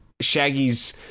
Shaggy's